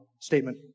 statement